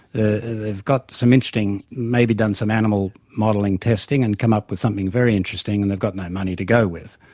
they've got some interesting, maybe done some animal modelling testing and come up with something very interesting and they've got no money to go with,